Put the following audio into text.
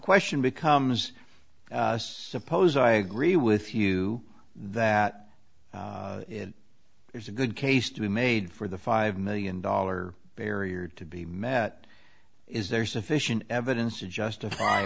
question becomes suppose i agree with you that it is a good case to be made for the five million dollar barrier to be met is there sufficient evidence to justify